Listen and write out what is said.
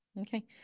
Okay